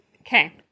Okay